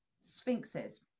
sphinxes